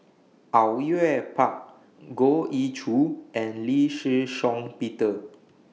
Au Yue Pak Goh Ee Choo and Lee Shih Shiong Peter